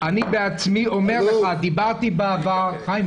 אני בעצמי דיברתי בעבר עם